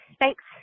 Thanks